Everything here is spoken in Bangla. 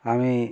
আমি